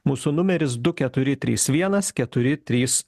mūsų numeris du keturi trys vienas keturi trys